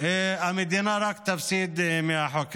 המדינה רק תפסיד מהחוק הזה.